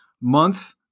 month